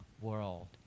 world